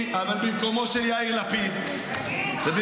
אבל במקומו של יאיר לפיד ובמקומכם,